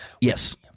Yes